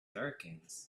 hurricanes